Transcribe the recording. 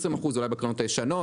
אולי בקרנות הישנות.